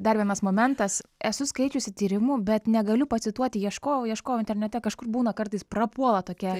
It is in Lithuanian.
dar vienas momentas esu skaičiusi tyrimų bet negaliu pacituoti ieškojau ieškojau internete kažkur būna kartais prapuola tokie straipsniai su